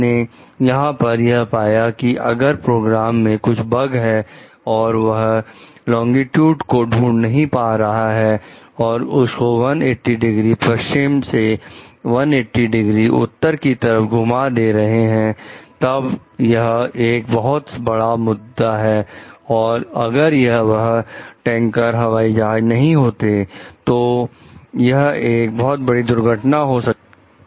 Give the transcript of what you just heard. आपने यहां पर यह पाया कि अगर प्रोग्राम में कुछ बग है और वह लोंगिट्यूड को ढूंढ नहीं पा रहे हैं और उसको 180 डिग्री पश्चिम से 180 डिग्री उत्तर की तरफ घुमा दे रहे हैं तब यह एक बहुत बड़ा मुद्दा है और अगर वह टैंकर हवाई जहाज नहीं होते तो यह एक बहुत बड़ी दुर्घटना हो सकती थी